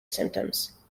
symptoms